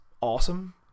awesome